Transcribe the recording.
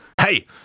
Hey